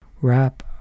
wrap